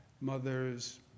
mothers